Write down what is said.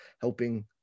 helping